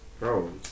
Bro